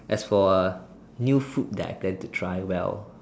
as for uh new food that I get to try well